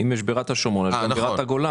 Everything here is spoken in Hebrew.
אם יש בירת השומרון, יש גם בירת הגולן.